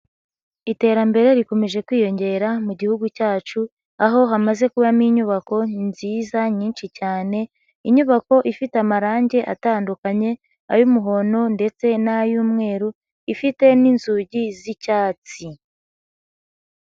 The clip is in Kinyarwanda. Iterambere rikomeje kwiyongera mu gihugu cyacu, aho hamaze kubamo inyubako nziza nyinshi cyane, inyubako ifite amarange atandukanye ay'umuhondo ndetse n'ay'umweru, ifite n'inzugi z'icyatsi.